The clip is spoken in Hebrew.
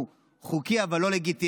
הוא חוקי אבל לא לגיטימי,